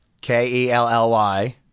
K-E-L-L-Y